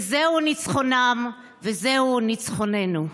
וזהו ניצחונם וזהו ניצחוננו.